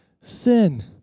sin